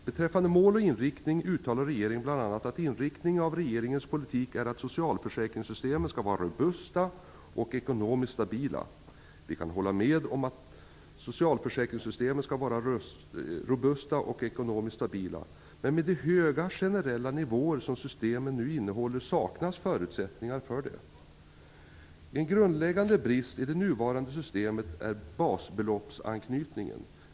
Beträffande mål och inriktning uttalar regeringen bl.a. att inriktningen av regeringens politik är att socialförsäkringssystemen skall vara robusta och ekonomiskt stabila. Vi kan hålla med om att socialförsäkringssystemen skall vara robusta och ekonomiskt stabila. Men med de höga generella nivåer som systemet nu innehåller saknas förutsättningar för det. En grundläggande brist i det nuvarande systemet är basbeloppsanknytningen.